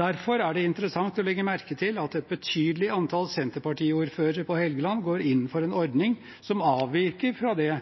Derfor er det interessant å legge merke til at et betydelig antall Senterparti-ordførere på Helgeland går inn for en ordning som avviker fra det